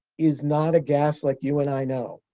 is not a gas like you and i know.